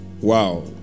Wow